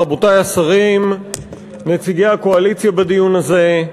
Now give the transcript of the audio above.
רבותי השרים, נציגי הקואליציה בדיון הזה,